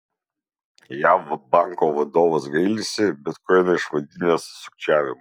jav banko vadovas gailisi bitkoiną išvadinęs sukčiavimu